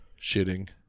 shitting